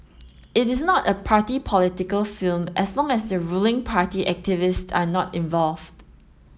it is not a party political film as long as ruling party activists are not involved